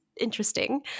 interesting